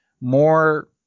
more